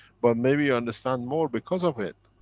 but maybe understand more because of it,